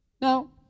Now